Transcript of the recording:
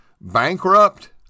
bankrupt